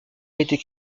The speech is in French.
été